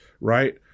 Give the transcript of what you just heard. right